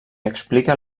explica